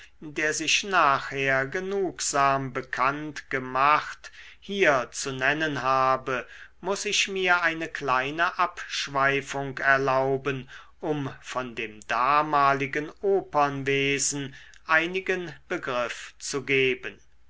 der sich nachher genugsam bekannt gemacht hier zu nennen habe muß ich mir eine kleine abschweifung erlauben um von dem damaligen opernwesen einigen begriff zu geben